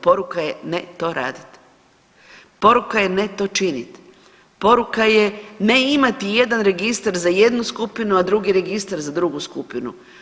Poruka je ne to raditi, poruka je ne to činiti, poruka je ne imati jedan registar za jednu skupinu, a drugi registar za drugu skupinu.